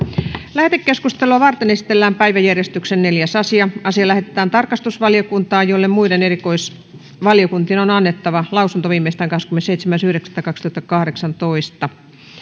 lähetekeskustelua varten esitellään päiväjärjestyksen neljäs asia asia lähetetään tarkastusvaliokuntaan jolle muiden erikoisvaliokuntien on annettava lausunto viimeistään kahdeskymmenesseitsemäs yhdeksättä kaksituhattakahdeksantoista